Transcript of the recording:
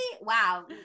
Wow